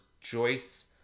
joyce